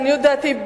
לעניות דעתי,